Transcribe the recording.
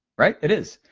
right, it is.